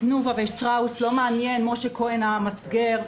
את תנובה ואת שטראוס לא מעניין משה כהן המסגר,